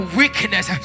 weakness